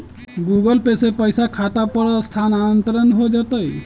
Google Pay से पईसा खाता पर स्थानानंतर हो जतई?